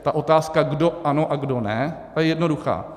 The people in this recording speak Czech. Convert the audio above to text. Ta otázka, kdo ano a kdo ne, je jednoduchá.